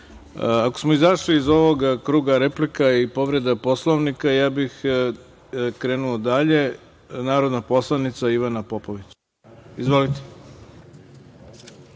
smo izašli iz ovog kruga replika i povreda Poslovnika, ja bih krenuo dalje. Narodna poslanica Ivana Popović. Izvolite.